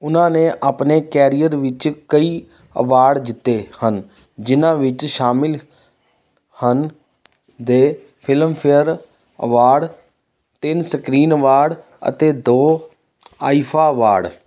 ਉਨ੍ਹਾਂ ਨੇ ਆਪਣੇ ਕੈਰੀਅਰ ਵਿੱਚ ਕਈ ਅਵਾਰਡ ਜਿੱਤੇ ਹਨ ਜਿਨ੍ਹਾਂ ਵਿੱਚ ਸ਼ਮਿਲ ਹਨ ਦੇ ਫਿਲਮਫੇਅਰ ਅਵਾਰਡ ਤਿੰਨ ਸਕ੍ਰੀਨ ਅਵਾਰਡ ਅਤੇ ਦੋ ਆਈਫਾ ਅਵਾਰਡ